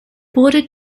bordered